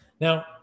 now